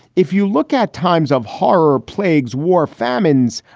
if you look at times of horror, plagues, war, famines.